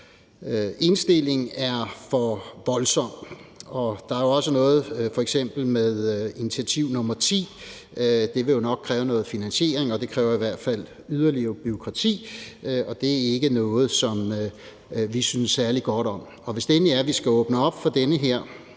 indstilling er for voldsom. Der er jo f.eks. også noget med initiativ nr. 10, som nok vil kræve noget finansiering, og det kræver i hvert fald yderligere bureaukrati, og det er ikke noget, som vi synes særlig godt om. Og hvis det endelig er sådan, at vi skal åbne op for den her